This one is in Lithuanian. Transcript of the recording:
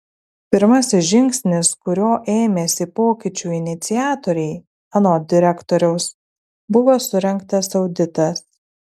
pirmasis žingsnis kurio ėmėsi pokyčių iniciatoriai anot direktoriaus buvo surengtas auditas